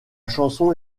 chanson